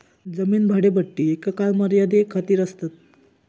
जमीन भाडेपट्टी एका काळ मर्यादे खातीर आसतात